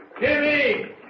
Jimmy